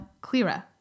clearer